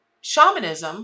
shamanism